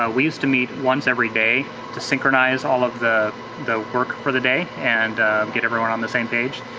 ah we used to meet once every day to synchronize all of the the work for the day and get everyone on the same page.